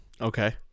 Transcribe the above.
Okay